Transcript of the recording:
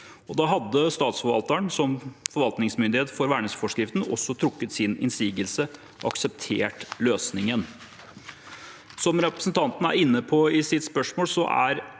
Da hadde statsforvalteren som forvaltningsmyndighet for verningsforskriften også trukket sin innsigelse og akseptert løsningen. Som representanten er inne på i sitt spørsmål, er